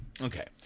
Okay